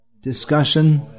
discussion